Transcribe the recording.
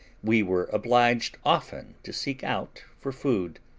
we were obliged often to seek out for food.